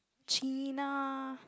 China